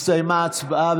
הסתיימה ההצבעה.